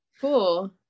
Cool